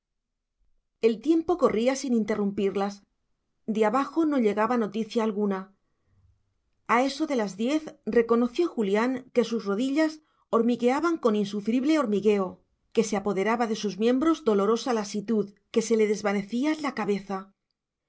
el tiempo corría sin interrumpirlas de abajo no llegaba noticia alguna a eso de las diez reconoció julián que sus rodillas hormigueaban con insufrible hormigueo que se apoderaba de sus miembros dolorosa lasitud que se le desvanecía la cabeza